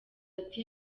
ati